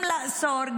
גם לאסור,